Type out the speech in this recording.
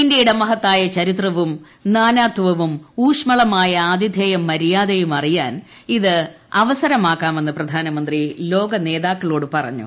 ഇന്ത്യയുടെ മഹത്തായ ചരിത്രവും നാനാത്വവും ഊഷ്മളമായ ആതിഥേയ മര്യാദയും അറിയാൻ ഇത് അവസരമാക്കാ മെന്ന് പ്രധാനമന്ത്രി ലോക നേതാക്കളോട് പറഞ്ഞു